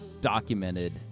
documented